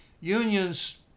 Unions